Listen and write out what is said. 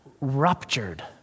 ruptured